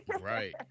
Right